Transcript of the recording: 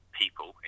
people